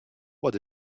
what